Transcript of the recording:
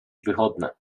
wychodne